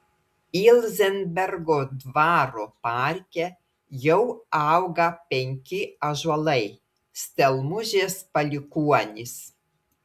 ilzenbergo dvaro parke jau auga penki ąžuolai stelmužės palikuonys